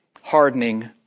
hardening